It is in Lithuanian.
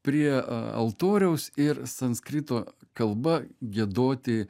prie altoriaus ir sanskrito kalba giedoti